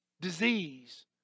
disease